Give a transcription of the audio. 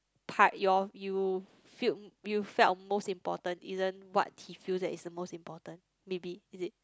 part your you feel you felt most important isn't what he feel that is the most important maybe is it